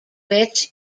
witch